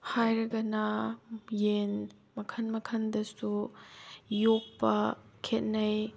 ꯍꯥꯏꯔꯒꯅ ꯌꯦꯟ ꯃꯈꯜ ꯃꯈꯜꯗꯁꯨ ꯌꯣꯛꯄ ꯈꯦꯠꯅꯩ